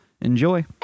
enjoy